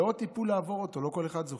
לעבור עוד טיפול, לא כל אחד זוכה.